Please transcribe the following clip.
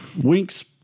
Winks